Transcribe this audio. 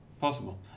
possible